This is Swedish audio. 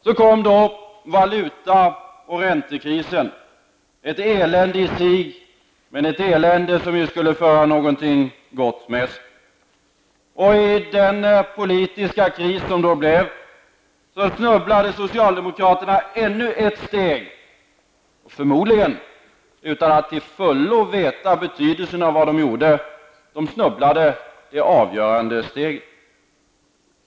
Så kom då valuta och räntekrisen -- ett elände i sig, men ett elände som skulle föra något gott med sig. I den politiska kris som då uppstod snubblade socialdemokraterna ännu ett steg, förmodligen utan att till fullo veta betydelsen av det som de gjorde. De snubblade fram det avgörande steget.